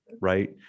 right